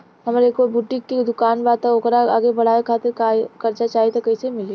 हमार एगो बुटीक के दुकानबा त ओकरा आगे बढ़वे खातिर कर्जा चाहि त कइसे मिली?